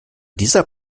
dieser